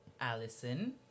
allison